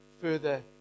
further